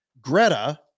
Greta